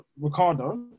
Ricardo